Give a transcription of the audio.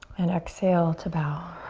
and exhale to bow.